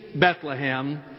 Bethlehem